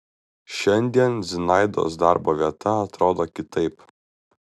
šiandien zinaidos darbo vieta atrodo kitaip